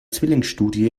zwillingsstudie